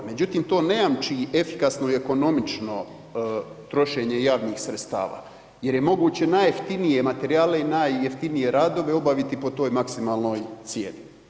Međutim, to ne jamči efikasno i ekonomično trošenje javnih sredstava jer je moguće najjeftinije materijale i najjeftinije radove obaviti po toj maksimalnoj cijeni.